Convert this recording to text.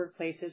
workplaces